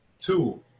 Two